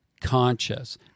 conscious